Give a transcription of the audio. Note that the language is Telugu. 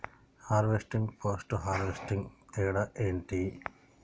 హార్వెస్టింగ్, పోస్ట్ హార్వెస్టింగ్ తేడా ఏంటి?